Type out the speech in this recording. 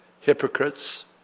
hypocrites